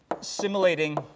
simulating